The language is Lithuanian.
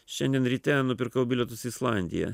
šiandien ryte nupirkau bilietus į islandiją